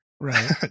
Right